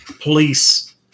police